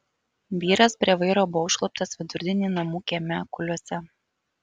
vyras prie vairo buvo užkluptas vidurdienį namų kieme kuliuose